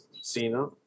Cena